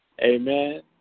Amen